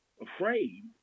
afraid